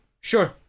Sure